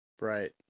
Right